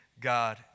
God